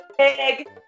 pig